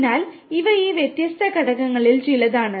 അതിനാൽ ഇവ ഈ വ്യത്യസ്ത ഘടകങ്ങളിൽ ചിലതാണ്